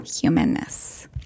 humanness